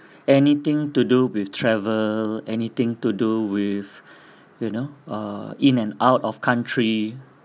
anything to do with travel anything to do with you know err in and out of country